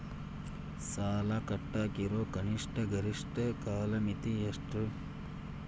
ಸಾಲ ಕಟ್ಟಾಕ ಇರೋ ಕನಿಷ್ಟ, ಗರಿಷ್ಠ ಕಾಲಮಿತಿ ಎಷ್ಟ್ರಿ?